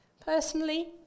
personally